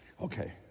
Okay